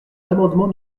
l’amendement